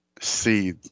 see